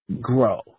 grow